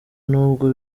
nubwo